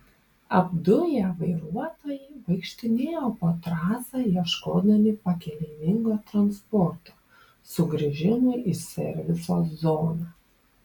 apduję vairuotojai vaikštinėjo po trasą ieškodami pakeleivingo transporto sugrįžimui į serviso zoną